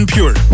Pure